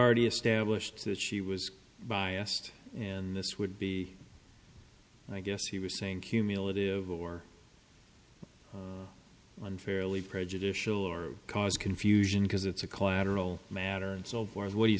already established that she was biased and this would be i guess he was saying cumulative or unfairly prejudicial or cause confusion because it's a collateral matter and so far as what